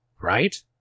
Right